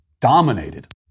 dominated